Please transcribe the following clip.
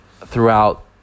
throughout